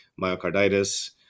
myocarditis